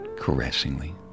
Caressingly